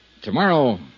Tomorrow